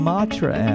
Matra